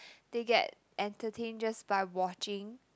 they get entertained just by watching